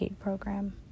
program